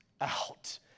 out